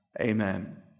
Amen